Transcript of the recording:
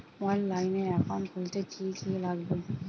অনলাইনে একাউন্ট খুলতে কি কি লাগবে?